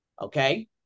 okay